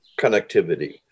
connectivity